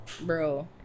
Bro